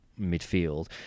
midfield